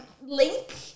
link